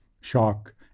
shock